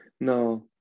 No